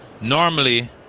normally